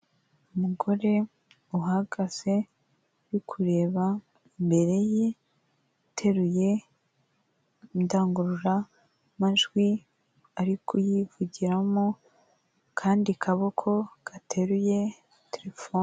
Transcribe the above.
Umugore uhagaze uri kureba imbere ye yateruye indangururamajwi, ari kuyivugiramo akandi kaboko gateruye telefone...